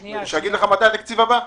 מתי התקציב הבא?